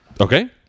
okay